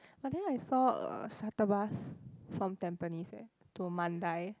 but then I saw a shuttle bus from Tampines eh to Mandai